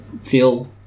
feel